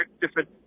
different